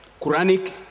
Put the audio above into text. Quranic